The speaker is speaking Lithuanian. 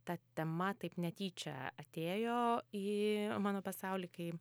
ta tema taip netyčia atėjo į mano pasaulį kai